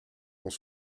dans